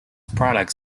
products